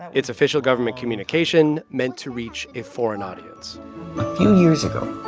it's official government communication meant to reach a foreign audience few years ago,